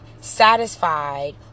satisfied